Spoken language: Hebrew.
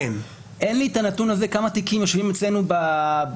אין לי את הנתון של מספר התיקים שיושבים אצלנו בתביעה,